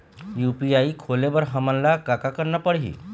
UPI खोले बर हमन ला का का करना पड़ही?